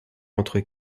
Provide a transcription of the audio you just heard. entre